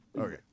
Okay